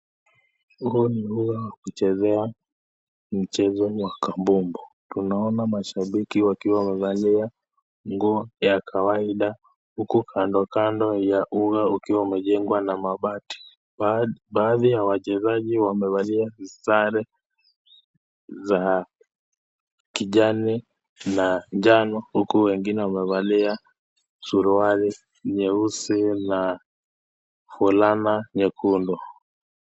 huu ni hua wa kuchezea mchezo wa mkabumbu. Tunaona mashabiki wakiwa wamevalia nguo ya kawaida huku kando kando ya uga ukiwa umejengwa na mabati. Baadhi ya wachezaji wamevalia zare za kijani na njano huku wengine wamevalia suruali nyeusi na holana nyekundu.